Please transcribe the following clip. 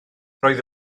roedd